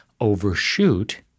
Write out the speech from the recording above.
overshoot